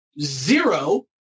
zero